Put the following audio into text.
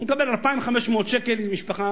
הוא מקבל 2,500 שקל, משפחה